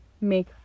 make